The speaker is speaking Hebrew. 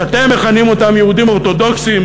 שאתם מכנים אותם יהודים אורתודוקסים,